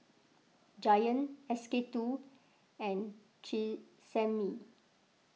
Giant SK two and Tresemme